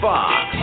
Fox